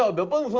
ah go, go!